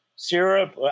Syrup